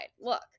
look